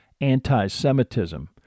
anti-Semitism